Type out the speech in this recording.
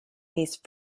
these